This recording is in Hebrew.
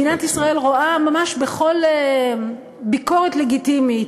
מדינת ישראל רואה ממש בכל ביקורת לגיטימית,